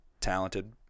talented